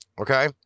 Okay